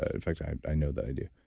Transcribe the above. ah in fact, i i know that i do.